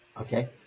Okay